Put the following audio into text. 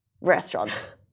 restaurants